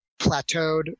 plateaued